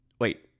Wait